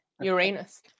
Uranus